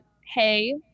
hey